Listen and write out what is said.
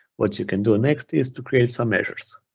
what you can do next is to create some measures.